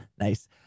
Nice